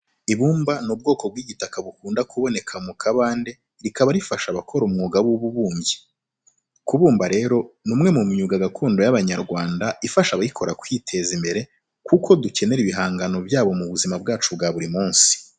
Ibumba ni ubwoko bw'igitaka bukunda kuboneka mu kabande rikaba rifasha abakora umwuga w'ububumbyi. Kubumba rero ni umwe mu myuga gakondo y'abanyarwanda ifasha abayikora kwiteza imbere kuko dukenera ibihangano byabo mu buzima bwacu bwa buri munsi.